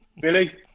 Billy